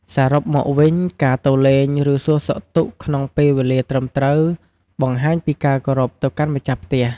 សរុបមកវិញ ការទៅលេង ឬ សួរសុខទុក្ខក្នុងពេលវេលាត្រឹមត្រូវបង្ហាញពីការគោរពទៅកាន់ម្ចាស់ផ្ទះ។